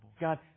God